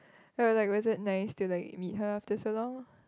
or like was it nice to like meet her after so long